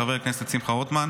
של חבר הכנסת שמחה רוטמן,